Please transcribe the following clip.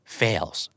fails